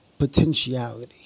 potentiality